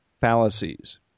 fallacies